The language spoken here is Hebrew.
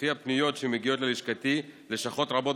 לפי הפניות שמגיעות ללשכתי לשכות רבות